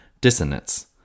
dissonance